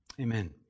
amen